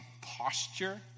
posture